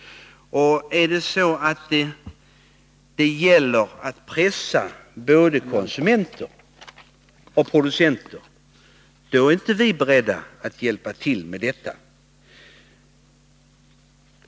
Om det är så att det gäller att pressa både konsumenter och producenter, är vi inte beredda att hjälpa till med det.